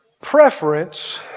preference